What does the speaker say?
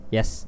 Yes